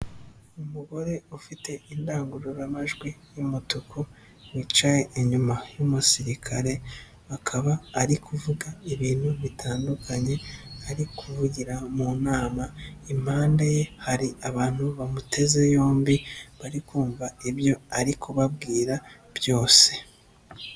Umugore ufite indangururamajwi y'umutuku, wicaye inyuma y'umusirikare, akaba ari kuvuga ibintu bitandukanye, ari kuvugira mu nama, impande ye hari abantu bamuteze yombi, bari kumvamva ibyo ari kubabwira byose.